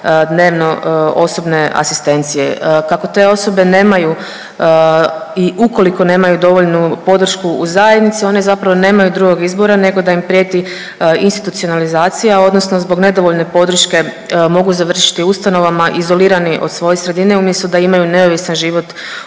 dnevno osobne asistencije. Kako te osobe nemaju i ukoliko nemaju dovoljnu podršku u zajednici oni zapravo nemaju drugog izbora nego da im prijeti institucionalizacija odnosno zbog nedovoljne podrške mogu završiti u ustanovama izolirani od svoje sredine umjesto da imaju neovisan život u